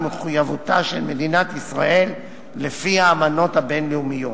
מחויבותה של מדינת ישראל לפי האמנות הבין-לאומיות.